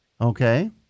Okay